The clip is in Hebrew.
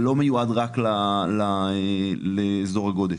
זה לא מיועד רק לאזור הגודש.